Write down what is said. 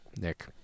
Nick